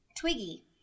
Twiggy